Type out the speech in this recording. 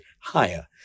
higher